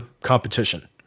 competition